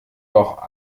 doch